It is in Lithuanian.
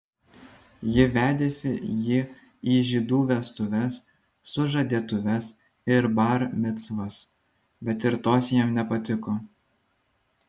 ji vedėsi jį į žydų vestuves sužadėtuves ir bar micvas bet ir tos jam nepatiko